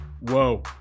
Whoa